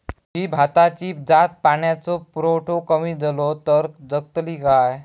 ही भाताची जात पाण्याचो पुरवठो कमी जलो तर जगतली काय?